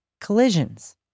collisions